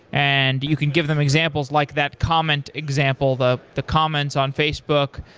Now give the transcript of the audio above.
and you can give them examples like that comment example, the the comments on facebook.